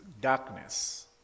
darkness